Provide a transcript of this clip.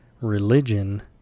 Religion